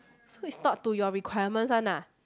so is not to your requirements one ah